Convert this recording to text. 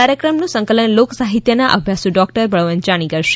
કાર્યક્રમનું સંકલન લોક સાહિત્યના અભ્યાસુ ડોકટર બળવંત જાની કરશે